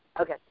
Okay